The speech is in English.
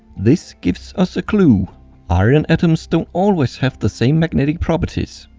this gives us a clue iron atoms don't always have the same magnetic properties.